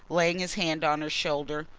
laying his hand on her shoulder.